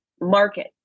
market